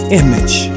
image